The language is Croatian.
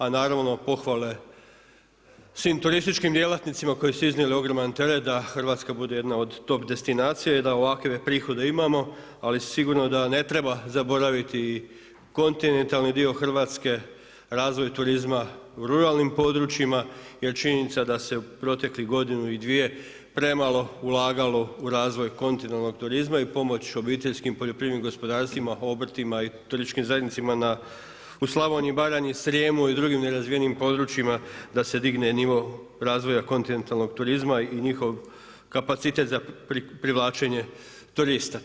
A naravno pohvale svim turističkim djelatnicima koji su iznijeli ogroman teret da Hrvatska bude jedna od top destinacija i da ovakve prihode imamo, ali sigurno da ne treba zaboraviti kontinentalni dio Hrvatske, razvoj turizma u ruralnim područjima jer činjenica da se u proteklih godinu, dvije premalo ulagalo u razvoj kontinentalnog turizma i pomoć OPG-ima, obrtima i turističkim zajednicama u Slavoniji i Baranji, Srijemu i drugim nerazvijenim područjima da se digne nivo razvoja kontinentalnog turizma i njihov kapacitet za privlačenje turista.